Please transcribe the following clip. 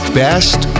best